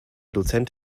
dozent